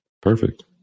Perfect